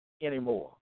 anymore